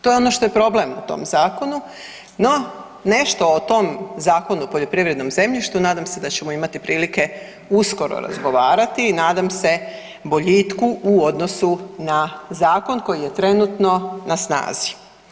To je ono što je problem u tom Zakonu, no nešto o tom Zakonu o poljoprivrednom zemljištu, nadam se da ćemo imati prilike uskoro razgovarati i nadam se boljitku u odnosu na Zakon koji je trenutno na snazi.